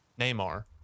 Neymar